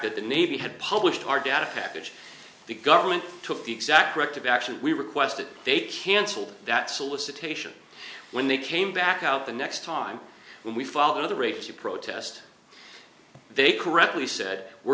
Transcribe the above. that the navy had published our data package the government took the exact correct of action we requested they cancelled that solicitation when they came back out the next time we follow the rates you protest they correctly said we're